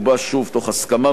תוך הסכמה מלאה,